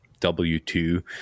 w2